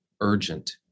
urgent